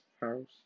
house